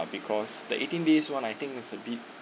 because the eighteen days one I think is a bit